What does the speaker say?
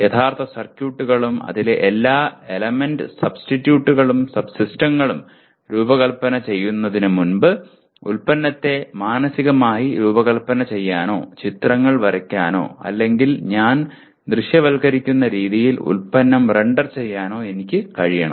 യഥാർത്ഥ സർക്യൂട്ടുകളും അതിലെ എല്ലാ എലമെൻറ് സബ്സിസ്റ്റങ്ങളും രൂപകൽപ്പന ചെയ്യുന്നതിനുമുമ്പ് ഉൽപ്പന്നത്തെ മാനസികമായി രൂപകൽപ്പന ചെയ്യാനോ ചിത്രങ്ങൾ വരയ്ക്കാനോ അല്ലെങ്കിൽ ഞാൻ ദൃശ്യവൽക്കരിക്കുന്ന രീതിയിൽ ഉൽപ്പന്നം റെൻഡർ ചെയ്യാനോ എനിക്ക് കഴിയണം